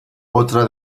otra